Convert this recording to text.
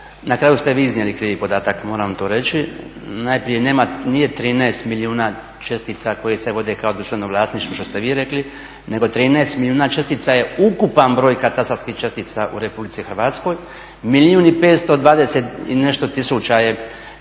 na kraju ste vi iznijeli krivi podatak moram to reći. Najprije nije 13 milijuna čestica koje se vode kao društveno vlasništvo kao što ste vi rekli, nego 13 milijuna čestica je ukupan broj katastarskih čestica u RH, milijun i 520 i nešto tisuća je